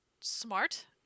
smart